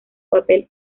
papel